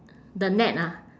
the net ah